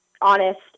honest